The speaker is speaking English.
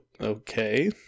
okay